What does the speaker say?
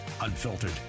unfiltered